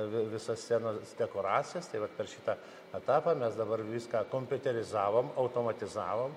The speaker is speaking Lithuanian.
visas scenos dekoracijas tai vat per šitą etapą mes dabar viską kompiuterizavom automatizavom